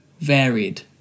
varied